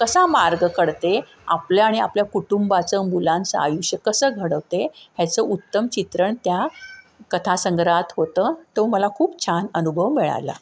कसा मार्ग काढते आपल्या आणि आपल्या कुटुंबाचं मुलांचं आयुष्य कसं घडवते ह्याचं उत्तम चित्रण त्या कथा संग्रहात होतं तो मला खूप छान अनुभव मिळाला